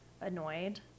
annoyed